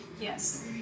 Yes